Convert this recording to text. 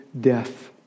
death